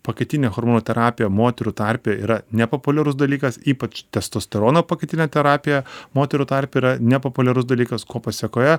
pakaitinė hormonoterapija moterų tarpe yra nepopuliarus dalykas ypač testosterono pakaitinė terapija moterų tarpe yra nepopuliarus dalykas ko pasekoje